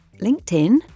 LinkedIn